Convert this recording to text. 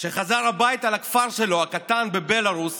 כשחזר הביתה לכפר הקטן שלו בבלרוס